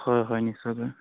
হয় হয় নিশ্চয়কৈ